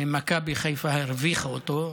שמכבי חיפה הרוויחה אותו,